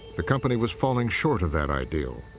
the company was falling short of that ideal,